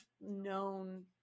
known